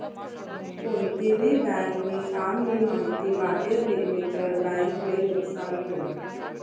कोणती भी बँक नी काम नी माहिती बाहेर निगनी तर बँक ले नुकसान हुई